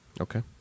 Okay